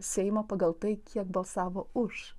seimą pagal tai kiek balsavo už